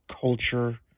culture